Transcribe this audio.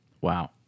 Wow